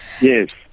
Yes